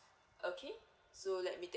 okay so let me take